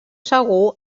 segur